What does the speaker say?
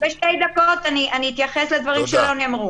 בשתי דקות אני אתייחס לדברים שלא נאמרו.